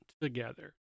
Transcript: together